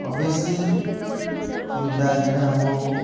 obviously feedback जेह्ड़ा ऐ ओह्